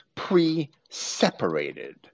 pre-separated